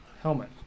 helmet